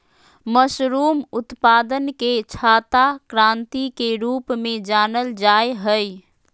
mushroom उत्पादन के छाता क्रान्ति के रूप में जानल जाय हइ